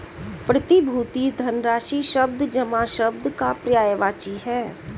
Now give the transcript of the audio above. प्रतिभूति धनराशि शब्द जमा शब्द का पर्यायवाची है